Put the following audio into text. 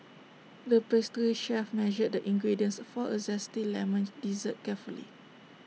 the pastry chef measured the ingredients for A Zesty Lemon Dessert carefully